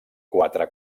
quatre